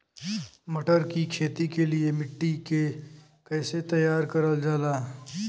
मटर की खेती के लिए मिट्टी के कैसे तैयार करल जाला?